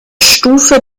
stufe